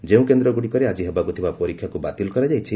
ଯେଉଁ କେନ୍ଦ୍ରଗୁଡ଼ିକରେ ଆଜି ହେବାକୁ ଥିବା ପରୀକ୍ଷାକୁ ବାତିଲ କରାଯାଇଛି